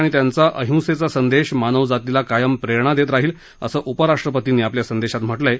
आणि त्यांचा अहिंसेचा संदेश मानव जातीला कायम प्रेरणा देत राहील असं उपराष्ट्रपतींनी आपल्या संदेशात म्हटलं आहे